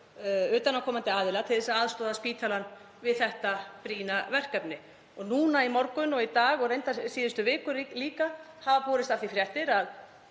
utanaðkomandi aðila til að aðstoða spítalann með þetta brýna verkefni. Núna í morgun, og reyndar síðustu vikur líka, hafa borist af því fréttir að